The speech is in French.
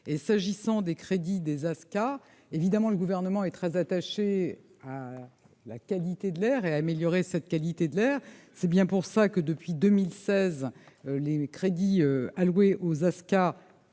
et s'agissant des crédits des Afcae évidemment, le gouvernement est très attaché à la qualité de l'air et améliorer cette qualité de l'air, c'est bien pour ça que, depuis 2016, les crédits alloués aux